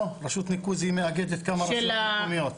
לא, רשות ניקוז מאגדת כמה רשויות מקומיות.